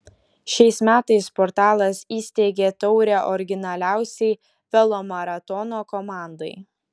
šiais metais portalas įsteigė taurę originaliausiai velomaratono komandai